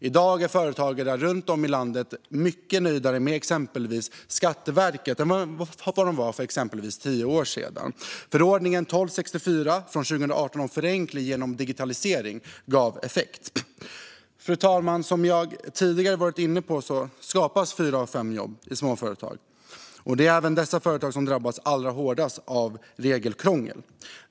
I dag är företagare runt om i landet betydligt nöjdare med exempelvis Skatteverket än vad de var för exempelvis tio år sedan. Förordningen 1264 från 2018 om förenkling genom digitalisering gav effekt. Fru talman! Som jag tidigare varit inne på skapas fyra av fem jobb i småföretag, och det är även dessa företag som drabbas allra hårdast av regelkrångel.